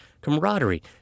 camaraderie